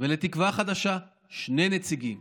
ולתקווה חדשה יש שני נציגים,